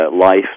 life